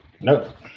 Nope